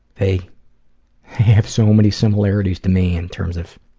they have so many similarities to me in terms of